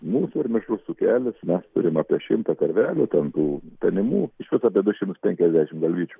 mūsų ir mišrus ūkelis mes turim apie šimtą karvelių ten tų galimų išvis apie du šimtus penkiasdešim galvyčių